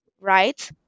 right